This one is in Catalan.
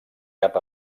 cap